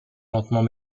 lentement